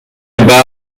برق